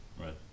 Right